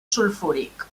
sulfúric